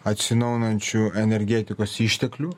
atsinaujinančių energetikos išteklių